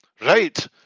right